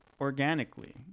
organically